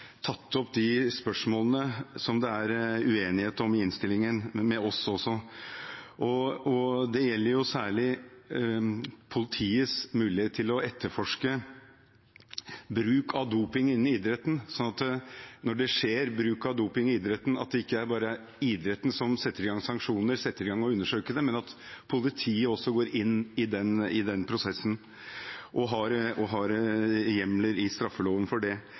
tatt opp med oss de spørsmålene som det er uenighet om i innstillingen. Det gjelder særlig politiets mulighet til å etterforske bruk av doping innen idretten, sånn at når det skjer bruk av doping innen idretten, er det ikke bare idretten som setter i gang sanksjoner, setter i gang med å undersøke det, men at politiet også går inn i den prosessen og har hjemler i straffeloven for det.